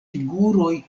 figuroj